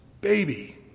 baby